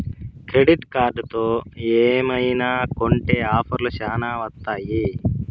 credit కార్డుతో ఏమైనా కొంటె ఆఫర్లు శ్యానా వత్తాయి